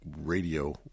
radio